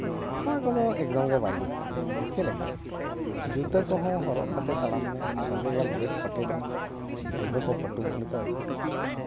ᱚᱱᱟ ᱠᱚᱫᱚ ᱮᱢᱫᱚᱢ ᱜᱮ ᱵᱟᱭ ᱡᱩᱛ ᱠᱟᱱᱟ ᱪᱮᱫ ᱞᱮᱠᱟ ᱡᱩᱛᱟᱹ ᱠᱚᱦᱚᱸ ᱦᱚᱨᱚᱜ ᱠᱟᱛᱮᱫ ᱛᱟᱲᱟᱢ ᱢᱮ ᱥᱚᱸᱜᱮ ᱜᱮᱢ ᱦᱚᱲᱮᱫ ᱯᱟᱴᱮᱫᱚᱜᱼᱟ ᱰᱩᱵᱷᱟᱹ ᱠᱚ ᱯᱟᱹᱴᱩᱵᱚᱜ ᱞᱮᱠᱟ ᱟᱹᱭᱠᱟᱹᱜᱼᱟ